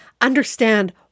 understand